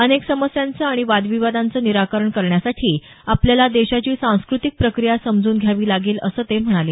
अनेक समस्यांचं आणि वादविवादांचं निराकरण करण्यासाठी आपल्याला देशाची सांस्कृतिक प्रक्रिया समजून घ्यावी लागेल असं ते म्हणाले